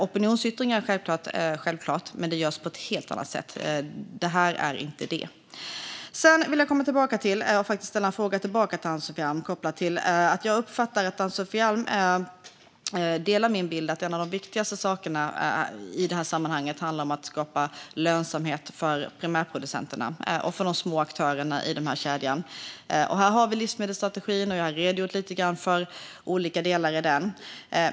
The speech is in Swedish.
Opinionsyttringar ska självklart tillåtas, men de ska göras på ett helt annat sätt och inte så här. Jag vill ställa en fråga tillbaka till Ann-Sofie Alm. Jag uppfattar att Ann-Sofie Alm delar min bild att en av de viktigaste sakerna i det här sammanhanget handlar om att skapa lönsamhet för primärproducenterna och för de små aktörerna i kedjan. Här har vi Livsmedelsstrategin, och jag har redogjort lite grann för olika delar i den.